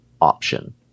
option